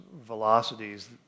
velocities